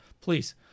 please